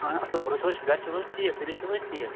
آ اَصٕل پٲٹھۍ گَرِ چھِو حظ ٹھیٖک سٲری چھِو حظ ٹھیٖک